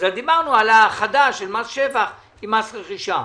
דיברנו על האחדה של מס שבח עם מס רכישה.